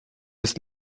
ist